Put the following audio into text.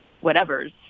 whatever's